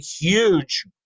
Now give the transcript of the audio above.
huge